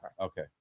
Okay